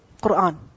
Qur'an